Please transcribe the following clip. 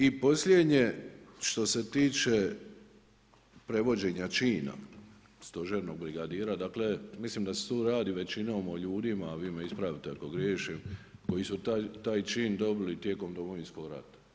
I posljednje što se tiče prevođenja čina stožernog brigadira, dakle, mislim da se tu radi većinom o ljudima, a vi me ispravite ako griješim, koji su taj čin dobili tijekom Domovinskog rata.